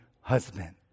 husband